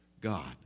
God